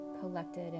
collected